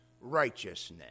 righteousness